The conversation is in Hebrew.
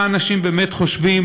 מה אנשים באמת חושבים,